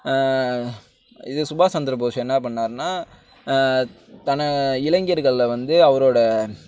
இது சுபாஸ் சந்திரபோஸ் என்ன பண்ணிணாருன்னா தன்னை இளைஞர்கள வந்து அவரோட